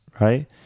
right